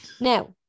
Now